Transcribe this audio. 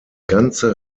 ganze